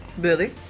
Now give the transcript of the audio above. Billy